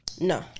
no